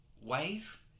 wave